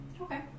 Okay